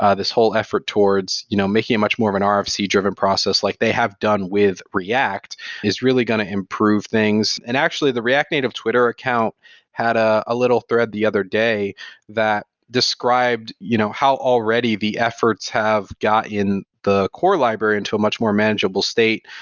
ah this whole effort towards you know making a much more and um so rfc-driven process like they have done with react is really going to improve things and actually, the react native twitter account had ah a little thread the other day that described you know how already the efforts have got in the core library into a much more manageable state.